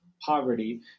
poverty